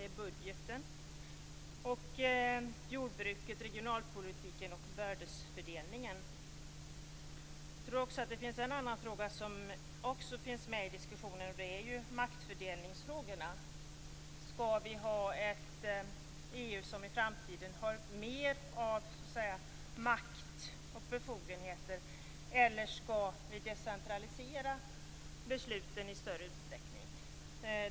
Det är budgeten, jordbruket, regionalpolitiken och bördefördelningen. Jag tror också att det finns en annan fråga som är med i diskussionen; det är maktfördelningsfrågan. Skall EU i framtiden ha mer makt och befogenheter, eller skall vi decentralisera besluten i större utsträckning?